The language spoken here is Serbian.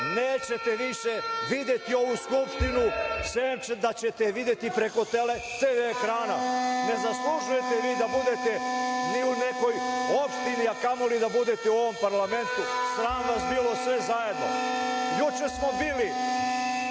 Nećete više videti ovu Skupštinu, sem da ćete je videti preko televizijskih ekrana. Ne zaslužujete vi da budete ni u nekoj opštini, a kamoli da budete u ovom parlamentu. Sram vas bilo, sve zajedno. Juče smo bili